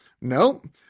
Nope